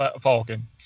Falcon